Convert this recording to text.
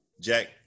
Jack